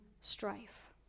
strife